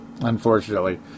Unfortunately